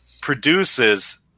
produces